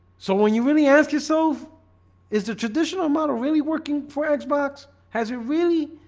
so when you really ask yourself is the traditional model really working for xbox has it really?